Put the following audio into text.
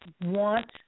want